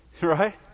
Right